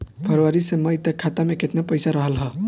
फरवरी से मई तक खाता में केतना पईसा रहल ह?